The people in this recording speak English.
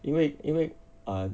因为因为 err